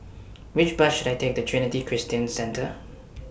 Which Bus should I Take to Trinity Christian Centre